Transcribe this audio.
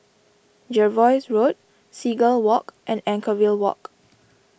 Jervois Road Seagull Walk and Anchorvale Walk